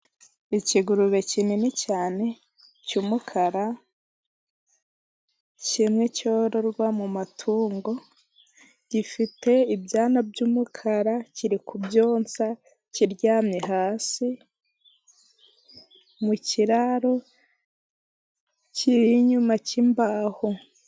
Ikigurube kinini cyane cy'umukara， kimwe cyororwa mu matungo，gifite ibyana by'umukara， kiri ku byonsa kiryamye hasi， mu kiraro kiri inyuma k'imbaho.